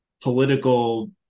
political